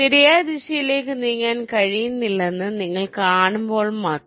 ശരിയായ ദിശയിലേക്ക് നീങ്ങാൻ കഴിയില്ലെന്ന് നിങ്ങൾ കാണുമ്പോൾ മാത്രം